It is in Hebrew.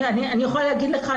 אני יכולה להגיד לך,